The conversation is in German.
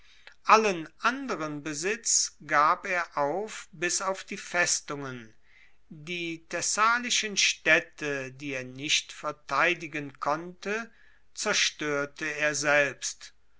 allen anderen besitz gab er auf bis auf die festungen die thessalischen staedte die er nicht verteidigen konnte zerstoerte er selbst